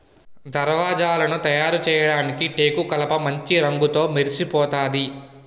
దర్వాజలను తయారుచేయడానికి టేకుకలపమాంచి రంగుతో మెరిసిపోతాది